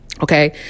Okay